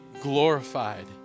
glorified